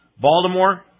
Baltimore